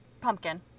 pumpkin